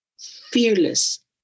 fearless